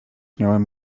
miałem